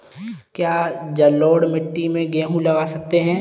क्या जलोढ़ मिट्टी में गेहूँ लगा सकते हैं?